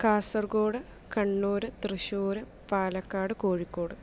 Kasaragod Kannur Thrissur Palakkad Kozhikode